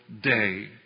day